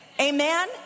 Amen